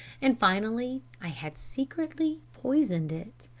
and finally i had secretly poisoned it.